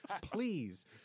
please